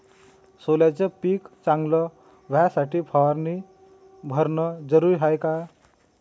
सोल्याचं पिक चांगलं व्हासाठी फवारणी भरनं जरुरी हाये का?